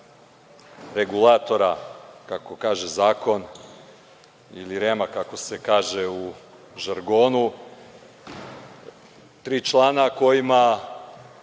regulatora, kako kaže zakon, ili REM kako se kaže u žargonu. Tri člana koji